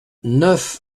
neuf